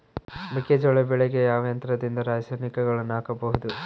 ಮೆಕ್ಕೆಜೋಳ ಬೆಳೆಗೆ ಯಾವ ಯಂತ್ರದಿಂದ ರಾಸಾಯನಿಕಗಳನ್ನು ಹಾಕಬಹುದು?